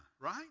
right